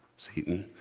satan.